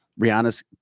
Rihanna's